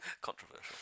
Controversial